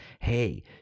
hey